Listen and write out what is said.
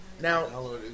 Now